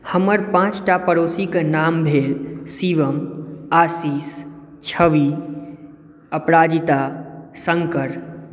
हमर पांच टा पड़ोसी के नाम भेल शिवम आशीष छवि अपराजिता शंकर